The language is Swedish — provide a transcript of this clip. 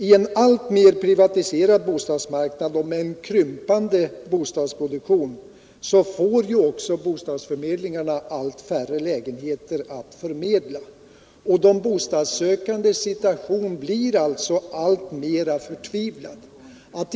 På en alltmer privatiserad bostadsmarknad och med en krympande bostadsproduktion får bostadsförmedlingarna allt färre lägenheter att förmedla, och de bostadssökandes situation blir alltså alltmer förtvivlad.